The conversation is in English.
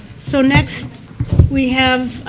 so, next we have